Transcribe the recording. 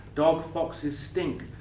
dog fox's stink.